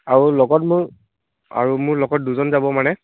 আৰু লগত মোৰ আৰু মোৰ লগত দুজন যাব মানে